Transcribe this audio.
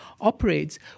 operates